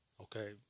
okay